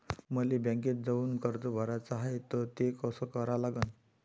मले बँकेत जाऊन कर्ज भराच हाय त ते कस करा लागन?